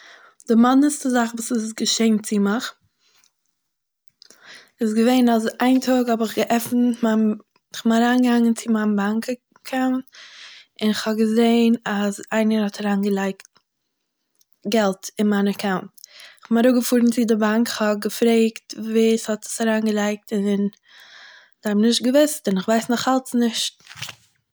די מאדנסטע זאך וואס איז געשען צו מיך, איז געווען אז איין טאג האב איך געעפענט מיין- כ'בין אריינגעגאנגען צו מיין באנק אקאונט, און איך האב געזעהן אז איינער האט אריינגעלייגט געלט אין מיין אקאונט, איך בין אראפגעפארן צו די באנק, כ'האב געפרעגט ווער ס'האט עס אריינגעלייגט, און זיי האבן נישט געוואוסט און, איך ווייס נאך אלץ נישט